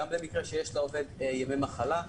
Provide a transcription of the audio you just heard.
גם כאשר יש לעובד ימי מחלה,